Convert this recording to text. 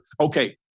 okay